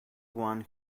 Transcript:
one